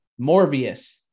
Morbius